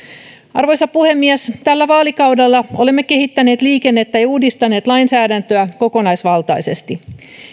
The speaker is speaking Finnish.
arvoisa puhemies tällä vaalikaudella olemme kehittäneet liikennettä ja uudistaneet lainsäädäntöä kokonaisvaltaisesti